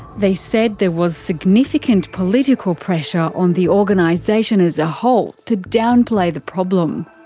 they said there was significant political pressure on the organisation as a whole to downplay the problem.